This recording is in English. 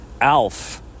ALF